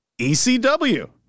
ecw